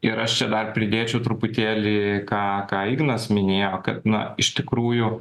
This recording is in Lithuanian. ir aš dar čia pridėčiau truputėlį ką ką ignas minėjo kad na iš tikrųjų